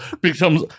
becomes